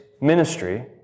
ministry